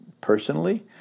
personally